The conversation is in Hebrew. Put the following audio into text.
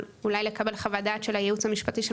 אולי לקבל חוות דעת של הייעוץ המשפטי של